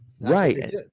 right